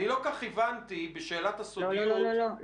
אני לא כל כך הבנתי בשאלת ה --- לא, לא, לא.